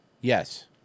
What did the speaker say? Yes